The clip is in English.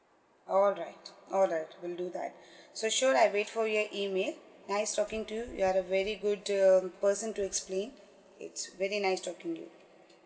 all right all right will do that so sure I'll wait for your email nice talking to you you are a very good um person to explain it's very nice talking to you